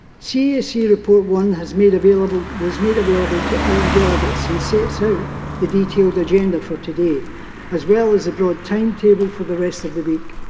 cac report one has made available, was made available to all delegates and sets out so the detailed agenda for today as well as a broad time table for the rest of the week.